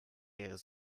ihres